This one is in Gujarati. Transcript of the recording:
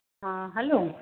હા હલો